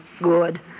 Good